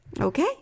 Okay